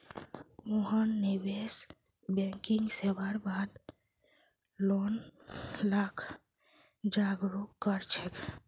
मोहन निवेश बैंकिंग सेवार बार लोग लाक जागरूक कर छेक